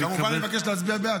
כמובן, אני מבקש להצביע בעד.